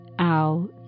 out